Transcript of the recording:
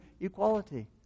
equality